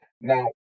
Now